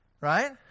right